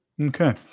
Okay